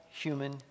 human